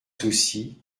souci